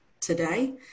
today